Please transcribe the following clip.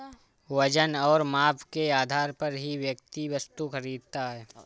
वजन और माप के आधार पर ही व्यक्ति वस्तु खरीदता है